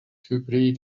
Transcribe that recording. hybrid